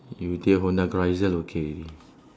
you take honda car this one okay already